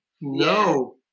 no